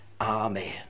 Amen